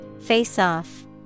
Face-off